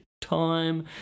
time